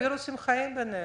הם וירוסים שחיים בינינו.